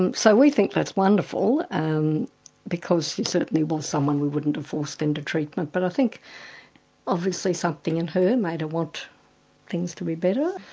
and so we think that's wonderful um because she certainly was someone we wouldn't have forced into treatment. but i think obviously something in her made her want things to be better.